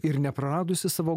ir nepraradusi savo